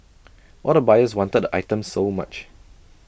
all the buyers wanted the items so much